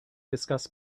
discuss